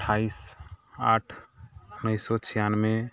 अठाइस आठ उनैस सओ छियानवे